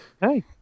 Hey